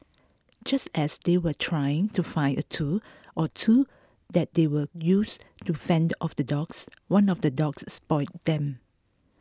just as they were trying to find a tool or two that they would use to fend off the dogs one of the dogs spotted them